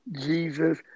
Jesus